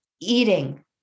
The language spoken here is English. eating